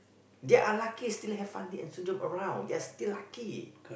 ya unlucky still have Fandi and Sundram around they are still lucky